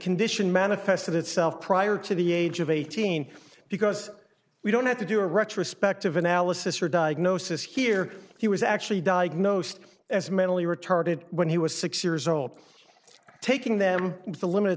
condition manifested itself prior to the age of eighteen because we don't have to do a retrospective analysis or diagnosis here he was actually diagnosed as mentally retarded when he was six years old taking them in the limited